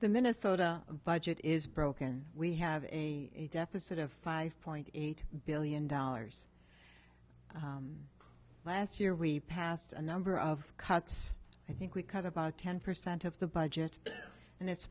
the minnesota budget is broken we have a deficit of five point eight billion dollars last year we passed a number of cuts i think we cut about ten percent of the budget and it's